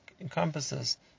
encompasses